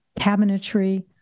cabinetry